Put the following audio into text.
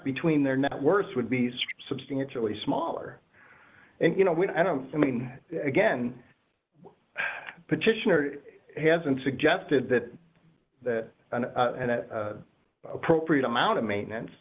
between their networks would be substantially smaller and you know when i don't i mean again petitioner hasn't suggested that an appropriate amount of maintenance